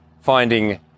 finding